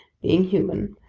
being human,